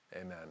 amen